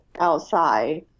outside